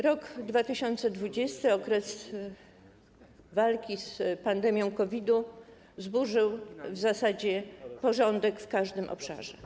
Rok 2020, okres walki z pandemią COVID-u, zburzył w zasadzie porządek w każdym obszarze.